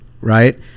right